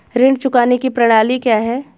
ऋण चुकाने की प्रणाली क्या है?